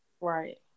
right